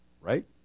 Right